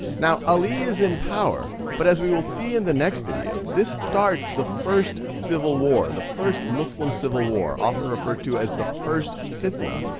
now, ali is in power, but as we will see in the next video, this starts the first civil war, the first muslim civil war, often referred to as the first fitna,